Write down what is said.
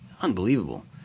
unbelievable